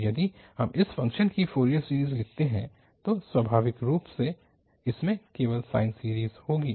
तो यदि हम इस फ़ंक्शन की फ़ोरियर सीरीज़ लिखते हैं तो स्वाभाविक रूप से इसमें केवल साइन सीरीज़ होगी